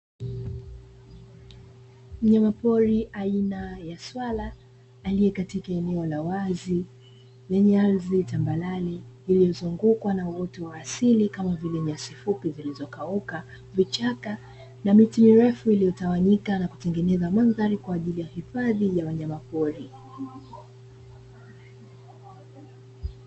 Mnyama pori aina ya swala aliye katika eneo la wazi lenye ardhi tambarare, iliyozungukwa na uwoto wa asili kama vile vya sifupi zilizokauka vichaka na miti mirefu, iliyotawanyika na kutengeneza mandhari kwa ajili ya hifadhi ya wanyamapori.